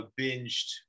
binged